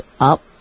up